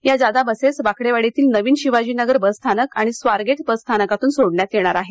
या जादा बसेस वाकडेवाडीतील नवीन शिवाजीनगर बसस्थानक आणि स्वारगेट बसस्थानकातून सोडण्यात येणार आहेत